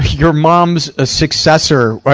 your mom's ah successor,